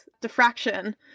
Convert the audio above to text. diffraction